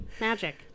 magic